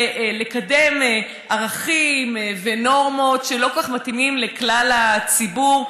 ולקדם ערכים ונורמות שלא כל כך מתאימים לכלל הציבור?